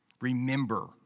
Remember